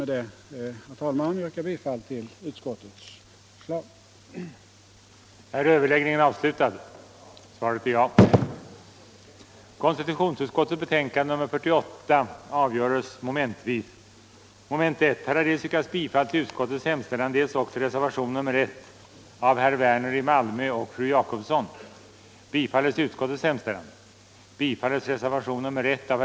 Med detta vill jag yrka bifall till vad utskottet hemställt. den det ej vill röstar nej. det det ej vill röstar nej. den det ej vill röstar nej. den det ej vill röstar nej.